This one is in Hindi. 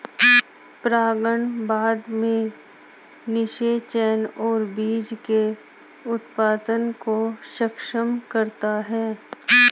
परागण बाद में निषेचन और बीज के उत्पादन को सक्षम करता है